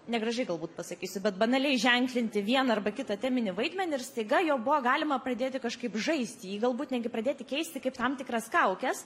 negražiai galbūt pasakysiu bet banaliai ženklinti vieną arba kitą teminį vaidmenį ir staiga juo buvo galima pradėti kažkaip žaisti jį galbūt netgi pradėti keisti kaip tam tikras kaukes